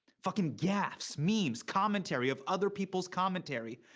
fucking gaffes, memes, commentary of other people's commentary.